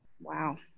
Wow